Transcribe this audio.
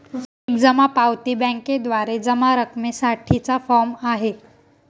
एक जमा पावती बँकेद्वारे जमा रकमेसाठी चा फॉर्म आहे